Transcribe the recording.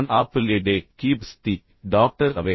on apple a day keeps the doctor away